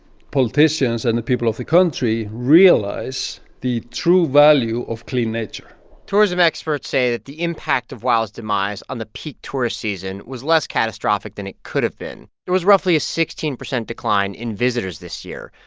politicians and the people of the country realize the true value of clean nature tourism experts say that the impact of wow's demise on the peak tourist season was less catastrophic than it could have been. it was roughly a sixteen percent decline in visitors this year.